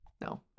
No